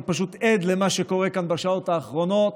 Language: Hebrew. אני פשוט עד למה שקורה כאן בשעות האחרונות.